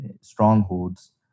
strongholds